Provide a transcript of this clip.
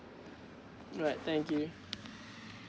alright thank you